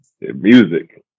Music